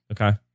Okay